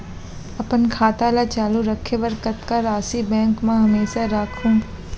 अपन खाता ल चालू रखे बर कतका राशि बैंक म हमेशा राखहूँ?